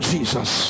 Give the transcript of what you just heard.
Jesus